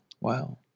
Wow